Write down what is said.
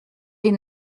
des